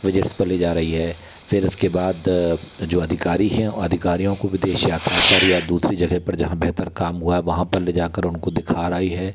visits पर ले जा रही है फिर उसके बाद जो अधिकारी हैं अधिकारियों को विदेश यात्रा पर या दूसरी जगह पर जहाँ बेहतर काम हुआ है वहाँ पर ले जा कर उनको दिखा रही है